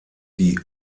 die